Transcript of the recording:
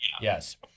Yes